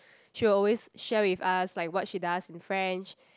she will always share with us like what she does in French